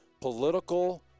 political